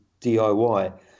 diy